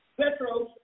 Petros